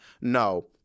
no